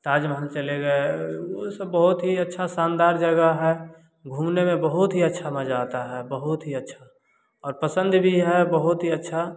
ताजमहल चले गए वह सब बहुत ही अच्छा शानदार जगह है घूमने में बहुत ही अच्छा मज़ा आता है बहुत ही अच्छा और पसंद भी है बहुत ही अच्छा